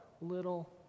little